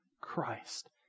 Christ